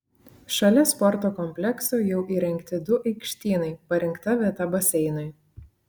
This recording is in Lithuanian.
šalia sporto komplekso jau įrengti du aikštynai parinkta vieta baseinui